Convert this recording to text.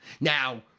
Now